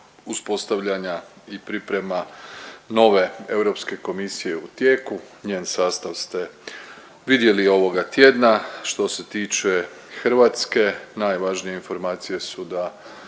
uspostavljanja i priprema nove Europske komisije je u tijeku, njen sastav ste vidjeli ovoga tjedna. Što se tiče Hrvatske, najvažnije informacije su da